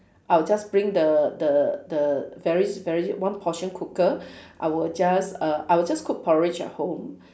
I'll just bring the the the very very one portion cooker I will just err I will just cook porridge at home